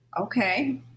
okay